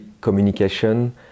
communication